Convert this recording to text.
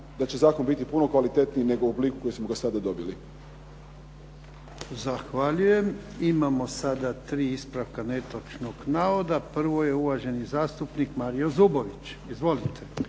da će zakon biti puno kvalitetniji nego u obliku u kakvom smo ga sada dobili. **Jarnjak, Ivan (HDZ)** Zahvaljujem. Imamo sada tri ispravka netočnog navoda. Prvo je uvaženi zastupnik Mario Zubović. Izvolite.